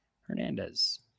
Hernandez